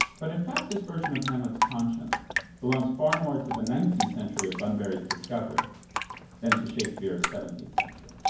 but in fact this version of hamlet's conscience belongs far more to the nineteenth century of bunbury's discovery than to shakespeare's seventeenth century.